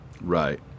Right